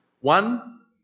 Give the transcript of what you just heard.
One